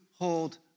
hold